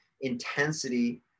intensity